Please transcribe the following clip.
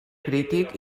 crític